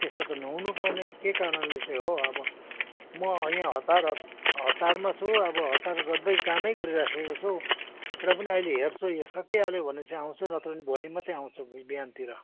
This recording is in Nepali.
त्यसो त नहुनुपर्ने के कारणले चाहिँ हो अब म यहाँ हतार हतारमा छु अब हतार गर्दै कामै गरिरहेको छु र पनि अहिले हेर्छु यो सकिइहाल्यो भने चाहिँ आउँछु नत्र भने भोलि मात्रै आउँछु भोलि बिहानतिर